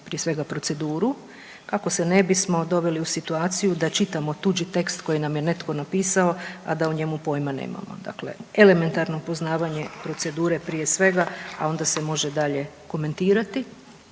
prije svega proceduru kako se ne bismo doveli u situaciju da čitamo tuđi tekst koji nam je netko napisao a da o njemu pojma nemamo, dakle elementarno poznavanje procedure prije svega, a onda se može dalje komentirati,